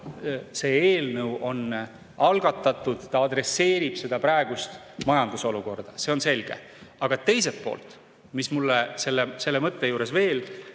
see eelnõu on algatatud, ta adresseerib seda praegust majandusolukorda, see on selge. Aga teiselt poolt, mis mulle selle mõtte juures veel